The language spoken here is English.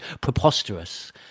preposterous